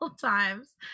times